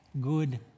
good